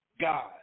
God